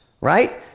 right